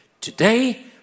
Today